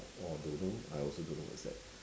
or don't know I also don't know what is that